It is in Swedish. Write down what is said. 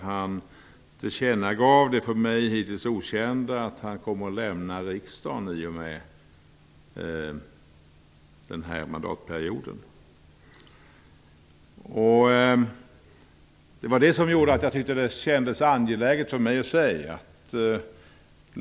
Han tillkännagav det för mig hittills okända att han kommer att lämna riksdagen i och med denna mandatperiods slut. Det gjorde att det kändes angeläget för mig att säga någonting.